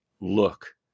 look